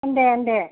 ओं दे ओं दे